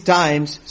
times